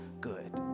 good